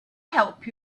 help